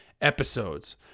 episodes